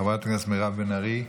חברת הכנסת מירב בן ארי,